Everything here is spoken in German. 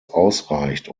ausreicht